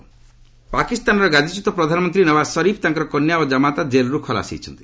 ପାକ୍ ସରିଫ ପାକିସ୍ତାନର ଗାଦିଚ୍ୟୁତ ପ୍ରଧାନମନ୍ତ୍ରୀ ନୱାଜ ସରିଫ ତାଙ୍କର କନ୍ୟା ଓ ଜାମାତା ଜେଲ୍ରୁ ଖଲାସ ହୋଇଛନ୍ତି